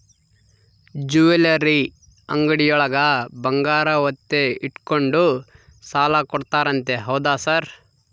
Jewellery ಅಂಗಡಿಯೊಳಗ ಬಂಗಾರ ಒತ್ತೆ ಇಟ್ಕೊಂಡು ಸಾಲ ಕೊಡ್ತಾರಂತೆ ಹೌದಾ ಸರ್?